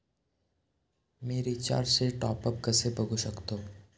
मी रिचार्जचे टॉपअप कसे बघू शकतो?